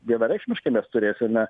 vienareikšmiškai mes turėsime